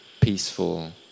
peaceful